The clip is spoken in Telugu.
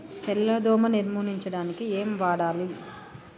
తెల్ల దోమ నిర్ములించడానికి ఏం వాడాలి?